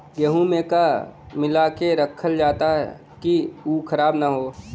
गेहूँ में का मिलाके रखल जाता कि उ खराब न हो?